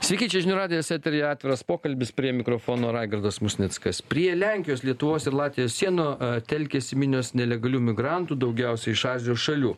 sveiki čia žinių radijas eteryje atviras pokalbis prie mikrofono raigardas musnickas prie lenkijos lietuvos ir latvijos sienų telkiasi minios nelegalių migrantų daugiausiai iš azijos šalių